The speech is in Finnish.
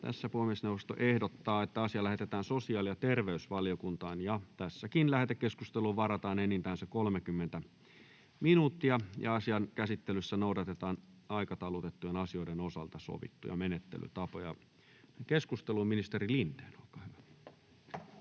asia. Puhemiesneuvosto ehdottaa, että asia lähetetään sosiaali‑ ja terveysvaliokuntaan. Tässäkin lähetekeskusteluun varataan enintään 30 minuuttia. Asian käsittelyssä noudatetaan aikataulutettujen asioiden osalta sovittuja menettelytapoja. — Keskustelu, ministeri Lindén. [Speech